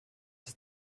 ist